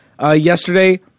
yesterday